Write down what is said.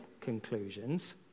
conclusions